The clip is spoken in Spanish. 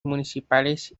municipales